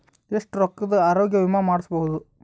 ಎಷ್ಟ ರೊಕ್ಕದ ಆರೋಗ್ಯ ವಿಮಾ ಮಾಡಬಹುದು?